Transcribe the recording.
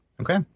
Okay